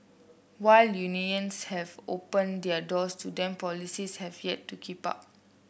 while unions have opened their doors to them policies have yet to keep up